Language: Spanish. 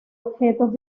objetos